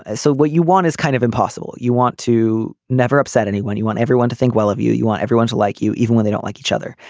ah so what you want is kind of impossible. you want to never upset anyone you want everyone to think well of you. you want everyone to like you even when they don't like each other.